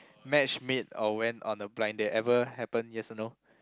matchmade or went on a blind date ever happen yes or no